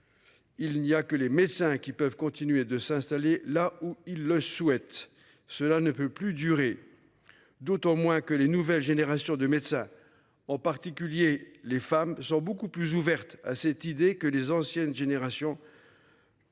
Il n'y a que les médecins qui peuvent continuer de s'installer là où il le souhaite, cela ne peut plus durer. D'autant moins que les nouvelles générations de médecins, en particulier les femmes sont beaucoup plus ouverte à cette idée que les anciennes générations.